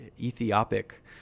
Ethiopic